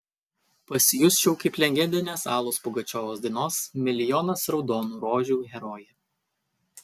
pasijusčiau kaip legendinės alos pugačiovos dainos milijonas raudonų rožių herojė